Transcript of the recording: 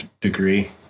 degree